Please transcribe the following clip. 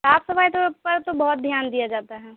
صاف صفائی پر تو بہت دھیان دیا جاتا ہے